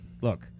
Look